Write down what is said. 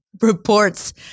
reports